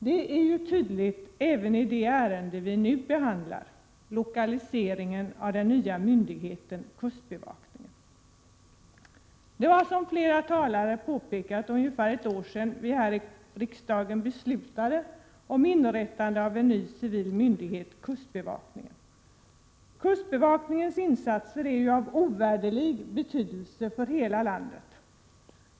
Detta är tydligt även i det ärende vi nu behandlar: lokaliseringen av den nya myndigheten kustbevakningen. Det var, vilket flera talare påpekat, ungefär ett år sedan vi här i riksdagen beslutade om inrättande av en ny civil myndighet — kustbevakningen. Kustbevakningens insatser är ovärderliga för hela landet.